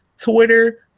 Twitter